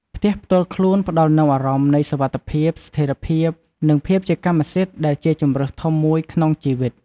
ផ្ទះផ្ទាល់ខ្លួនផ្ដល់នូវអារម្មណ៍នៃសុវត្ថិភាព ស្ថេរភាព និងភាពជាកម្មសិទ្ធិដែលជាជម្រើសធំមួយក្នុងជីវិត។